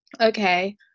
okay